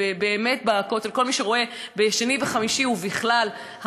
כל מי שרואה בשני וחמישי ובכלל,